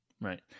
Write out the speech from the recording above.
Right